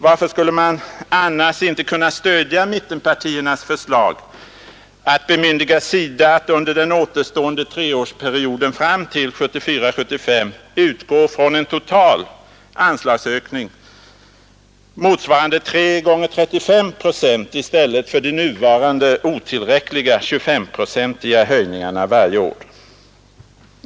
Varför skulle man annars inte kunna stödja mittenpartiernas förslag att bemyndiga SIDA att under den återstående treårsperioden fram till 1974/75 utgå från en total anslagsökning motsvarande 3 gånger 35 procent i stället för de nuvarande otillräckliga 25-procentiga höjningarna varje år?